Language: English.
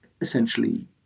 essentially